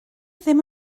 ddim